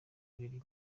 biri